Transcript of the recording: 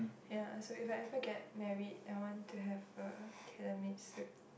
ya so if I ever get married I want to have a tailor made suit